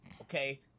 okay